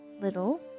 little